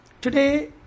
today